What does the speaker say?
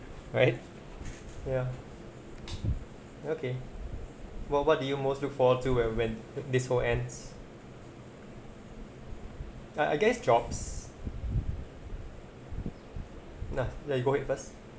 right ya okay what what did you most look forward to when when this whole ends I guess jobs nah you go ahead first